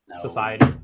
Society